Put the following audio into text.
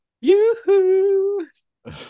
Yoo-hoo